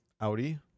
Audi